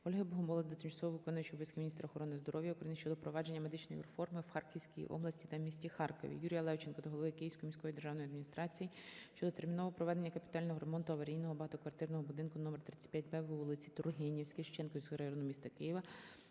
Ольги Богомолець до тимчасово виконуючої обов'язки міністра охорони здоров'я Українищодо впровадження медичної реформи у Харківській області та місті Харкові. Юрія Левченка до голови Київської міської державної адміністрації щодо термінового проведення капітального ремонту аварійного багатоквартирного будинку №35-Б на вулиці Тургенівській Шевченківського району міста Києва